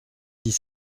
dix